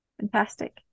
fantastic